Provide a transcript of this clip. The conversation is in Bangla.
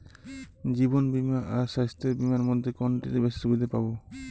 জীবন বীমা আর স্বাস্থ্য বীমার মধ্যে কোনটিতে বেশী সুবিধে পাব?